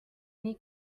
nii